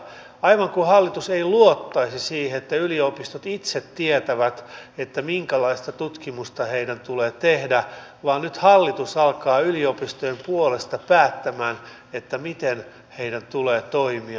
aivan kuin hallitus ei luottaisi siihen että yliopistot itse tietävät minkälaista tutkimusta heidän tulee tehdä vaan nyt hallitus alkaa yliopistojen puolesta päättää miten heidän tulee toimia